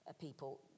people